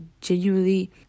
genuinely